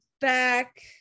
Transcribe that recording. back